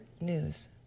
news